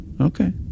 okay